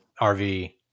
RV